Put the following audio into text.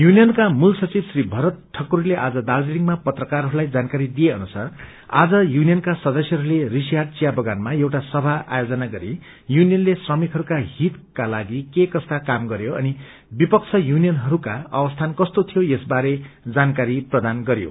युनियनका मूल सचिव श्री भरत ठक्करीले आज दार्जीलिङमा पत्रकारहरूलाई जानकारी दिए अनुसार आज युनियनका सदस्यहरूले ऋषिहाट चिाबगानमा एउटा सभा आयोजन गरि युनियनले श्रमिकहरूका हीतका लागि के कस्ता काम गरयो अनि विपक्ष युनियनहरूको अवस्थान कस्तो थियो यस बारे जानकारी प्रदान गरयो